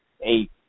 eight